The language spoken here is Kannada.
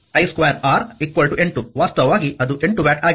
ಆದ್ದರಿಂದ i ಎನ್ನುವುದು 1 i2R 8 ವಾಸ್ತವವಾಗಿ ಅದು 8 ವ್ಯಾಟ್ ಆಗಿದೆ